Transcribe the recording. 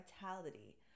vitality